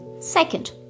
Second